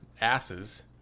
asses